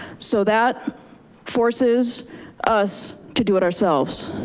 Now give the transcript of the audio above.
so that forces us to do it ourselves.